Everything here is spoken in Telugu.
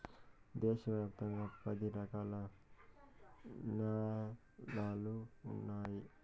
దేశ వ్యాప్తంగా పది రకాల న్యాలలు ఉన్నాయి